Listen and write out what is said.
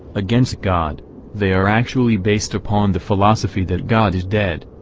against god they are actually based upon the philosophy that god is dead,